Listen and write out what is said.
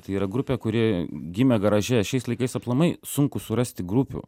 tai yra grupė kuri gimė garaže šiais laikais aplamai sunku surasti grupių